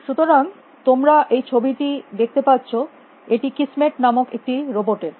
সুতরাং তোমরা এই ছবিটি দেখতে পারছ এটি কিসমেট নামক একটি রোবট এর